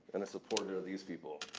and a supporter of these people.